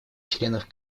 членов